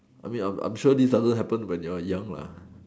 I mean I'm I'm sure this doesn't happen when you are young lah